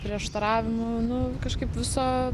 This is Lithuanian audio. prieštaravimų nu kažkaip viso